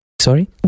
sorry